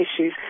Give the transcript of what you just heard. issues